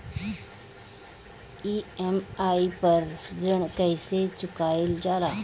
EMI पर ऋण कईसे चुकाईल जाला?